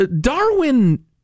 Darwin